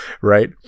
Right